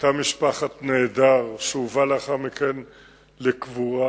היתה משפחת נעדר שהובא אחר כך לקבורה,